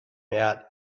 out